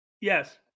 Yes